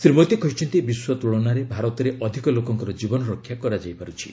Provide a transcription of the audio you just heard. ଶ୍ରୀ ମୋଦୀ କହିଛନ୍ତି ବିଶ୍ୱ ତ୍ରଳନାରେ ଭାରତରେ ଅଧିକ ଲୋକଙ୍କର ଜୀବନରକ୍ଷା କରାଯାଇ ପାରୁଛି